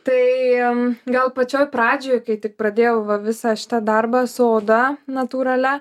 tai gal pačioj pradžioj kai tik pradėjau va visą šitą darbą su oda natūralia